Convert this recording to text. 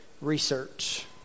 research